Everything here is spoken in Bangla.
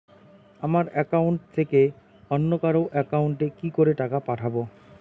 আমার একাউন্ট থেকে অন্য কারো একাউন্ট এ কি করে টাকা পাঠাবো?